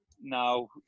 now